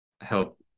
help